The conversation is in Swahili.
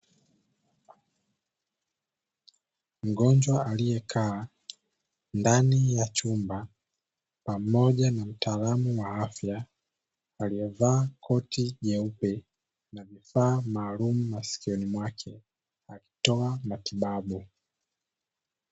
Mgonjwa aliyekaa ndani ya chumba, pamoja na mtaalamu wa afya, aliyevaa koti jeupe na kifaa maalumu masikioni mwake akitoa matibabu.